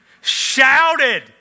shouted